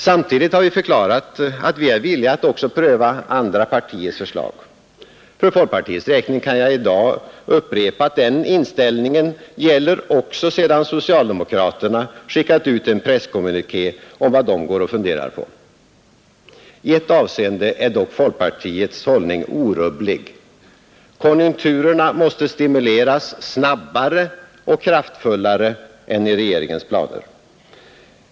Samtidigt har vi förklarat att vi är villiga att också pröva andra partiers förslag. För folkpartiets räkning kan jag i dag upprepa att den inställningen också gäller sedan socialdemokraterna skickat ut en presskommuniké om vad de går och funderar på. I ett avseende är dock folkpartiets hållning orubblig: konjunkturerna måste stimuleras snabbare och kraftfullare än i regeringens planer.